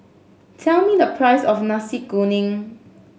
tell me the price of Nasi Kuning